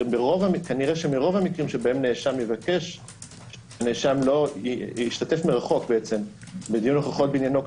כנראה שברוב המקרים שבהם נאשם יבקש להשתתף מרחוק בדיון הוכחות בעניינו,